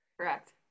Correct